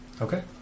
Okay